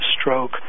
stroke